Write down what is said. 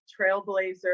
trailblazer